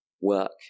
work